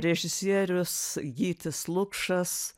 režisierius gytis lukšas